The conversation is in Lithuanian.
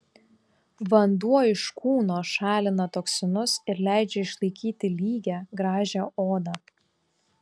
vanduo iš kūno šalina toksinus ir leidžia išlaikyti lygią gražią odą